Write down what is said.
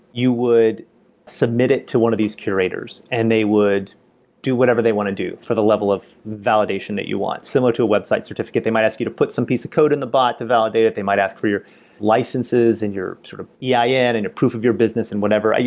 you would submit it to one of these curators and they would do whatever they want to do for the level of validation that you want. similar to a website certificate, they might ask you to put some piece of code in the bot to validate it. they might ask for your licenses and your ein sort of yeah yeah and a proof of your business and whatever,